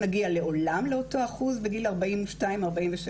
עולם הרפואה עובר היום לרפואת מניעה,